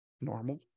normal